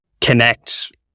connect